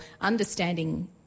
understanding